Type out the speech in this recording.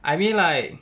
I mean like